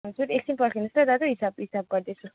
हजुर एकछिन पर्खिनुहोस् ल दाजु हिसाब किताब गर्दैछु